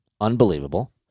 unbelievable